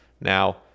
Now